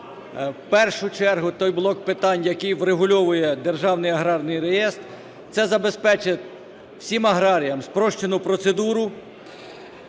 В першу чергу, той блок питань, який врегульовує Державний аграрний реєстр. Це забезпечити всім аграріям спрощену процедуру